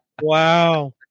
Wow